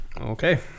Okay